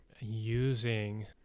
using